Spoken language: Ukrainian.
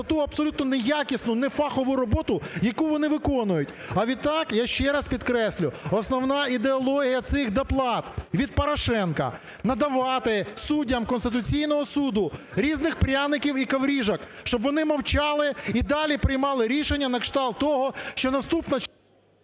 за ту абсолютно неякісну, не фахову роботу, яку вони виконують. А відтак, я ще раз підкреслюю, основна ідеологія цих доплат – від Порошенка надавати суддям Конституційного Суду різних пряників і коврижок, щоб вони мовчали і далі приймали рішення на кшталт того, що наступна…